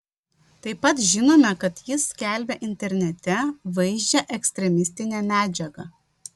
taip pat žinome kad jis skelbė internete vaizdžią ekstremistinę medžiagą